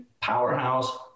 powerhouse